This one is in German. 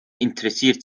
interessiert